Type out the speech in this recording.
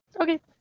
Okay